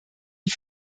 die